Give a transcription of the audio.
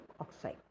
oxide